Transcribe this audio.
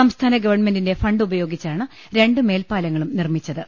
സംസ്ഥാന ഗവൺമെന്റിന്റെ ഫണ്ട് ഉപയോഗിച്ചാണ് രണ്ട് മേൽപ്പാലങ്ങളും നിർമ്മിച്ചത്